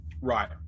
right